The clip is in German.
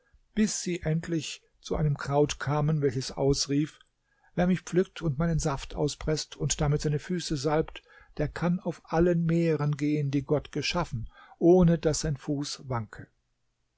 bis sie endlich zu einem kraut kamen welches ausrief wer mich pflückt und meinen saft auspreßt und damit seine füße salbt der kann auf allen meeren gehen die gott geschaffen ohne daß sein fuß wanke